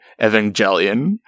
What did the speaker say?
Evangelion